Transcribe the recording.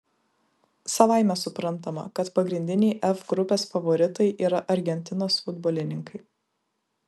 savaime suprantama kad pagrindiniai f grupės favoritai yra argentinos futbolininkai